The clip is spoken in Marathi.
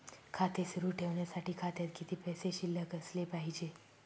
खाते सुरु ठेवण्यासाठी खात्यात किती पैसे शिल्लक असले पाहिजे?